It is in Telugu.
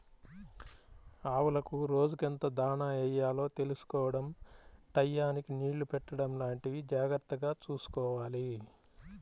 ఆవులకు రోజుకెంత దాణా యెయ్యాలో తెలుసుకోడం టైయ్యానికి నీళ్ళు పెట్టడం లాంటివి జాగర్తగా చూసుకోవాలి